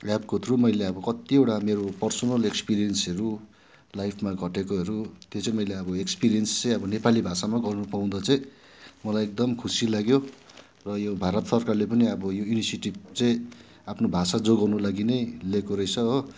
एपको थ्रु मैले अब कतिवटा मेरो अब पर्सनल एक्पिरियन्सहरू लाइफमा घटेकोहरू त्यो चाहिँ अब मैले एक्सपिरियन्स चाहिँ अब नेपाली भाषामा गर्नु पाउँदा चाहिँ मलाई एकदम खुसी लाग्यो र यो भारत सरकारले पनि अब यो इनिसिएटिभ चाहिँ आफ्नो भाषा जोगाउनु लागि नै लिएको रहेछ हो